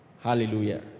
hallelujah